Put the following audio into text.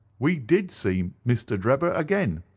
we did see mr. drebber again